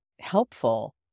helpful